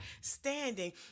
standing